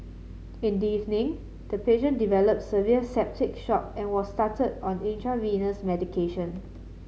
in the evening the patient developed severe septic shock and was started on intravenous medication